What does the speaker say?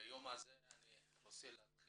ביום הזה אני רוצה לומר